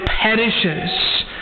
perishes